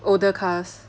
older cars